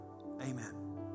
Amen